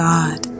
God